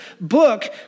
book